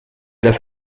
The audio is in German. das